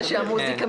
ננעלה